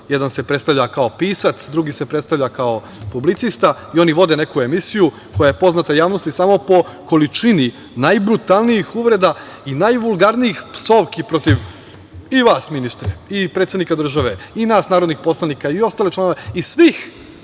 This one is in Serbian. Jedan se predstavlja kao pisac, drugi se predstavlja kao publicista i oni vode neku emisiju, koja je poznata javnosti samo po količini najbrutalnijih uvreda i najvaulgarnijih psovki protiv i vas, ministre, i predsednika države, i nas narodnih poslanika, i svih